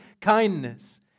kindness